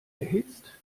erhitzt